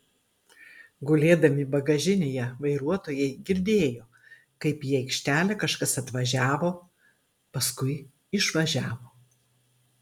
gulėdami bagažinėje vairuotojai girdėjo kaip į aikštelę kažkas atvažiavo paskui išvažiavo